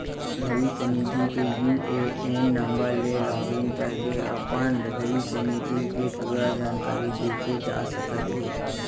भविस्य निधि के यू.ए.एन नंबर ले लॉगिन करके अपन भविस्य निधि के पूरा जानकारी देखे जा सकत हे